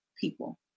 people